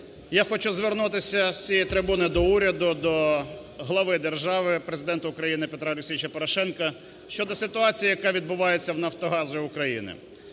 Я хочу звернутися з цієї трибуни до уряду, до глави держави Президента України Петра Олексійовича Порошенка щодо ситуації, яка відбувається в "Нафтогазі України".